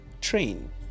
train